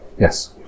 Yes